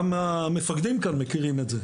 גם המפקדים כאן מכירים את זה.